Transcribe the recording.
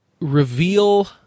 reveal